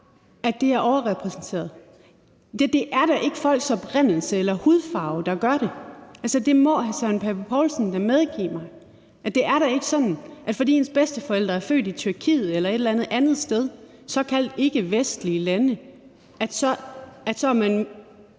at det er overrepræsenteret. Det er da ikke folks oprindelse eller hudfarve, der gør det. Det må hr. Søren Pape Poulsen da medgive mig. Altså, det er da ikke sådan, at fordi ens bedsteforældre er født i Tyrkiet eller et eller andet sted i et såkaldt ikkevestligt land, så er man